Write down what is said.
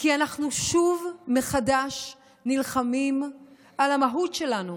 כי אנחנו שוב, מחדש, נלחמים על המהות שלנו,